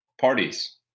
parties